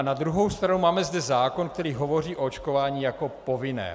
Na druhou stranu zde máme zákon, který hovoří o očkování jako povinném.